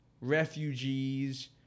refugees